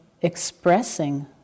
expressing